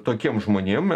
tokiem žmonėm